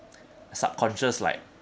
subconscious like